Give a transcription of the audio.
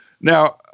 now